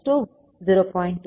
5V0 0